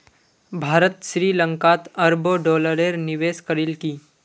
भारत श्री लंकात अरबों डॉलरेर निवेश करील की